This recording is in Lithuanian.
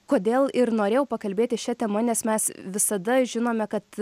kodėl ir norėjau pakalbėti šia tema nes mes visada žinome kad